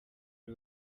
ari